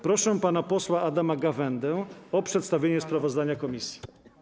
Proszę pana posła Adama Gawędę o przedstawienie sprawozdania komisji.